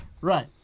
right